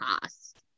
cost